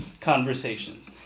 conversations